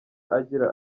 agira